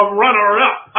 runner-up